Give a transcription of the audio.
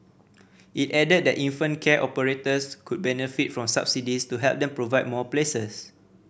it added that infant care operators could benefit from subsidies to help them provide more places